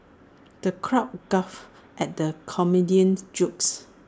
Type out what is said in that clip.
the crowd guffawed at the comedian's jokes